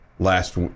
last